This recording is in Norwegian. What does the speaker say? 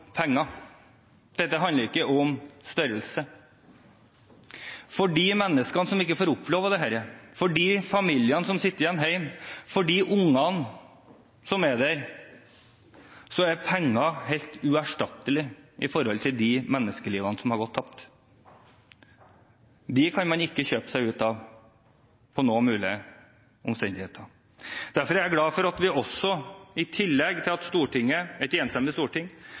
dette handler ikke om penger. Dette handler ikke om størrelse. For de menneskene som ikke får oppleve dette, for de familiene som sitter igjen hjemme, for ungene som er der, kan ikke penger erstatte de menneskelivene som er gått tapt. Dem kan man ikke under noen omstendigheter kjøpe tilbake. I tillegg til at et enstemmig storting har blitt enig om en kompensasjon, som i alle fall setter et verdig politisk punktum, er jeg også glad for at vi